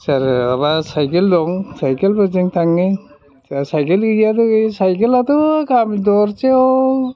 सोरहाबा सायकेल दं सायकेलफोरजों थाङो जोंहा सायकेलबौ गैयालै साइकेलाथ' गामिनि दरसेयाव